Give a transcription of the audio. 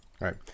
right